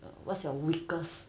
err what's your weakest